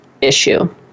issue